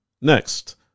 Next